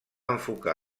enfocar